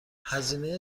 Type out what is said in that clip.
هزینه